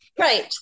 Right